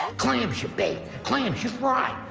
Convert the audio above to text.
um clams you bake, clams, you fry.